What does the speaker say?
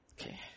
Okay